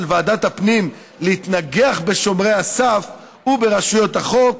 ועדת הפנים להתנגח בשומרי הסף וברשויות החוק,